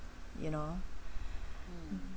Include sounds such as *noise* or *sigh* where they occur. you know *breath* mm